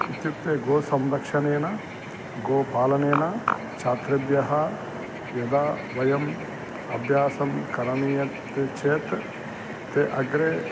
इत्युक्ते गौः संरक्षणेन गोपालनेन छात्रेभ्यः यदा वयम् अभ्यासं करणीयं चेत् ते अग्रे